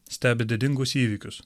stebi didingus įvykius